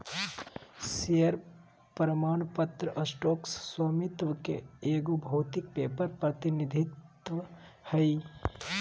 share प्रमाण पत्र stock स्वामित्व के एगो भौतिक पेपर प्रतिनिधित्व हइ